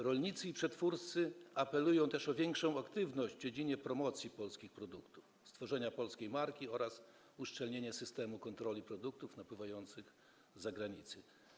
Rolnicy i przetwórcy apelują też o większą aktywność w dziedzinie promocji polskich produktów, stworzenia polskiej marki oraz uszczelnienie systemu kontroli produktów napływających zza granicy.